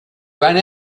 ran